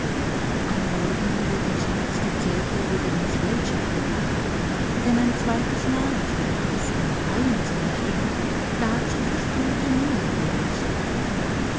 am morgen wurden zunächst die zelte wieder ins weltschiff gebracht denn ein zweitesmal auf dem mars im freien zu nächtigen dazu verspürte niemand mehr lust